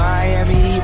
Miami